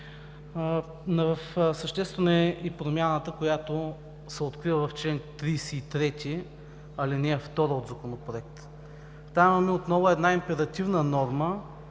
Съществена е промяната, която се открива в чл. 33, ал. 2 от Законопроекта. Там имаме отново една императивна норма,